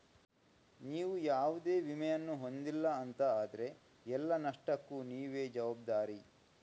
ನೀವು ಯಾವುದೇ ವಿಮೆಯನ್ನ ಹೊಂದಿಲ್ಲ ಅಂತ ಆದ್ರೆ ಎಲ್ಲ ನಷ್ಟಕ್ಕೂ ನೀವೇ ಜವಾಬ್ದಾರಿ